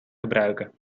gebruiken